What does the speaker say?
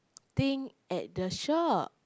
thing at the shop